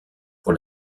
pour